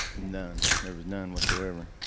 none. there was none whatsoever.